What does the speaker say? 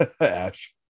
Ash